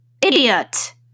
Idiot